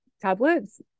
tablets